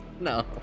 No